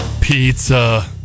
Pizza